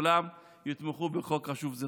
שכולם יתמכו בחוק חשוב זה.